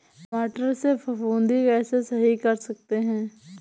टमाटर से फफूंदी कैसे सही कर सकते हैं?